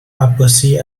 عباسی